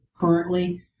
currently